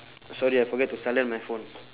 sorry I forget to silent my phone